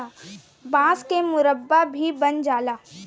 बांस के मुरब्बा भी बन जाला